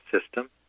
system